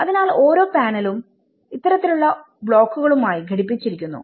അതിനാൽ ഓരോ പാനലും ഇത്തരത്തിൽ ഉളള ബ്ലോക്കുകളുമായി ഘടിപ്പിച്ചിരിക്കുന്നു